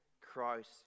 christ